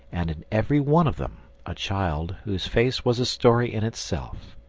and in every one of them a child, whose face was a story in itself.